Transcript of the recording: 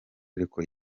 ariko